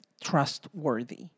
trustworthy